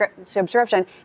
subscription